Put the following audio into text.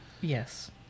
Yes